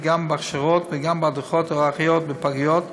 גם בהכשרות וגם בהדרכות האחיות בפגיות,